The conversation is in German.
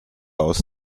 aus